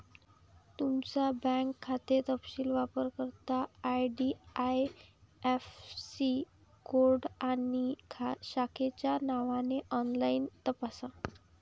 तुमचा बँक खाते तपशील वापरकर्ता आई.डी.आई.ऍफ़.सी कोड आणि शाखेच्या नावाने ऑनलाइन तपासा